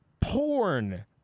porn